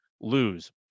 lose